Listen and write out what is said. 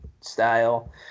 style